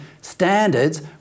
standards